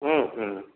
ம் ம்